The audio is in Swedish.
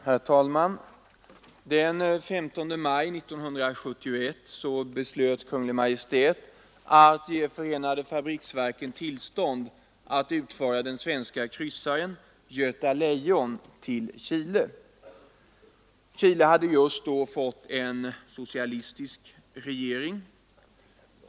Herr talman! Den 15 maj 1971 beslöt Kungl. Maj:t att ge förenade fabriksverken tillstånd att utföra den svenska kryssaren Göta Lejon till Chile. Chile hade just då fått en socialistisk regering.